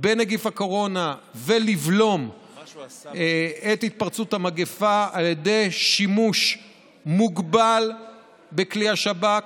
בנגיף הקורונה ולבלום את התפרצות המגפה על ידי שימוש מוגבל בכלי השב"כ.